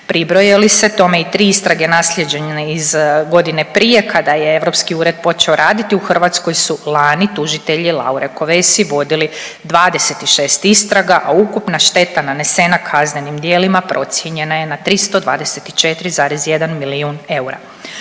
Pribroje li se tome i tri istrage naslijeđene iz godine prije kada je europski ured počeo raditi u Hrvatskoj su lani tužitelji Laure Kovesi vodili 26 istraga, a ukupna šteta nanesena kaznenim djelima procijenjena je na 324,1 milijun eura.